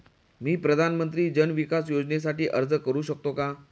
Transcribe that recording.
मी प्रधानमंत्री जन विकास योजनेसाठी अर्ज करू शकतो का?